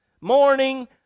Morning